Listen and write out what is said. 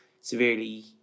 severely